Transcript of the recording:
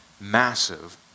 massive